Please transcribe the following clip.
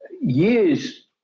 years